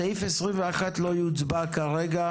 סעיף 21 לא יוצבע כרגע,